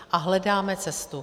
A hledáme cestu.